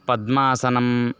पद्मासनम्